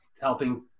helping